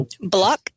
Block